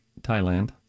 Thailand